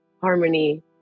harmony